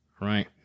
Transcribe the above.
right